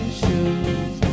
shoes